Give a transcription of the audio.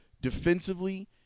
defensively